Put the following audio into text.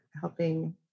helping